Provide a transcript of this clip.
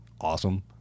awesome